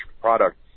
product